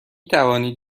توانید